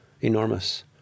enormous